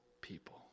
people